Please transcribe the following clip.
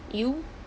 you